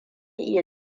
iya